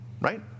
Right